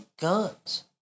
guns